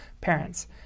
parents